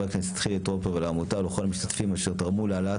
הכנסת חילי טרופר ולעמותה ולכל המשתתפים אשר תרמו להעלאת